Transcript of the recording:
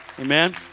Amen